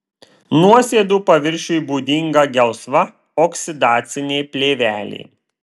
nuosėdų paviršiui būdinga gelsva oksidacinė plėvelė